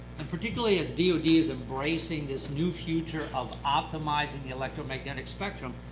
and particularly as dod is embracing this new future of optimizing the electromagnetic spectrum,